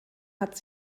hat